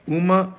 uma